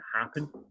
happen